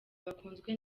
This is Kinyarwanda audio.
bakunzwe